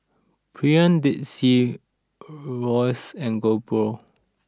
Premier Dead Sea Royce and GoPro